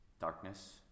darkness